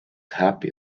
happy